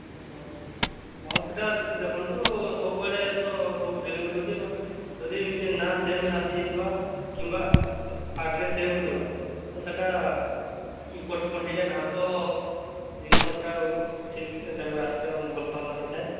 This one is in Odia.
ହଁ ହଁ ସେଇଟା ଦେଖନ୍ତୁ ସବୁଆଡ଼େ ତ ସବୁ ଡେଲିଭରି ହେଉଛି ତ ଯଦି କେ ନା ସେମ୍ ଆସିଯାଇଥିବ କିମ୍ବା ଆଡ୍ରେସ୍ ସେମ୍ ହୋଇଥିବ ତ ସେଇଟା ଏପଟ ସେପଟ ହୋଇଯାଏ ନହେଲେ ତ ଜିନିଷ ପ୍ରାୟ ଠିକ୍ ଟାଇମରେ ଆସିଥାଏ ଓ ଭଲ ସାମାନ ଆସିଥାଏ